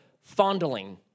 fondling